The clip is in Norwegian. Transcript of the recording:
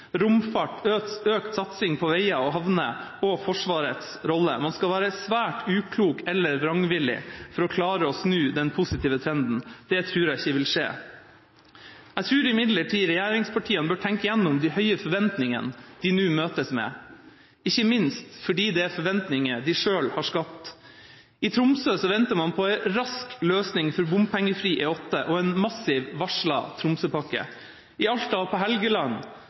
romfart, økt satsing på veier og havner og Forsvarets rolle. Man skal være svært uklok eller vrangvillig for å klare å snu den positive trenden. Det tror jeg ikke vil skje. Jeg tror imidlertid regjeringspartiene bør tenke gjennom de høye forventningene de nå møtes med, ikke minst fordi det er forventninger de selv har skapt. I Tromsø venter man på en rask løsning for bompengefri E8 og en massiv varslet Tromsøpakke. I Alta og på Helgeland